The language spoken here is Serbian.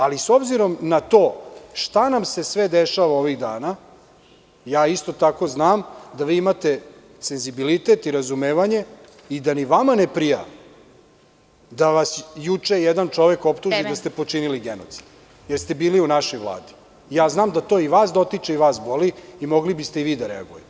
Ali, s obzirom na to šta nam se sve dešava ovih dana, ja isto tako znam da vi imate senzibilitet i razumevanje i da ni vama ne prija da vas juče jedan čovek optuži da ste počinili genocid. (Predsedavajuća: Vreme) Ja znam da to i vas dotiče i vas boli i mogli biste i vi da reagujete.